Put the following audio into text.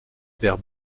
vers